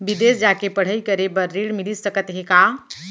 बिदेस जाके पढ़ई करे बर ऋण मिलिस सकत हे का?